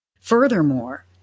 Furthermore